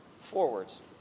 forwards